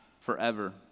forever